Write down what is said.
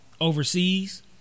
overseas